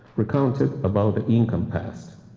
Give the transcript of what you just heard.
recounted about the incan past.